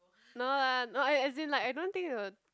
no lah no I as in like I don't think they will